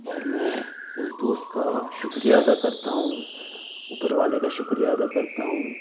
اور میں اس دوست کا شکریہ ادا کرتا ہوں اوپر والے کا شکریہ ادا کرتا ہوں